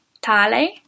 tale